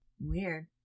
Weird